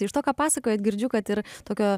iš to ką pasakojat girdžiu kad ir tokio